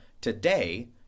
today